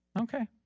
Okay